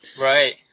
right